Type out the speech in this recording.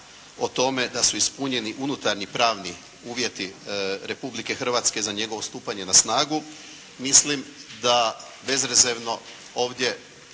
o tome da su ispunjeni unutarnji pravni uvjeti Republike Hrvatske za njegovo stupanje na snagu, mislim da bezrezervno ovdje